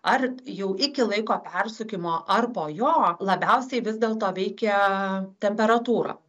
ar jau iki laiko persukimo ar po jo labiausiai vis dėlto veikia temperatūra